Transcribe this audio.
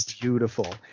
beautiful